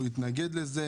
הוא התנגד לזה